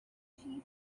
she